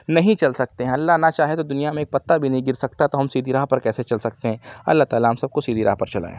نہیں چل سکتے ہیں اللہ نہ چاہے تو دنیا میں ایک پتہ بھی نہیں گر سکتا تو ہم سیدھی راہ پر کیسے چل سکتے ہیں اللہ تعالیٰ ہم سب کو سیدھی راہ پہ چلائے